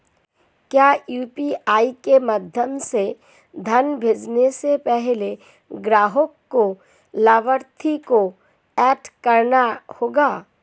क्या यू.पी.आई के माध्यम से धन भेजने से पहले ग्राहक को लाभार्थी को एड करना होगा?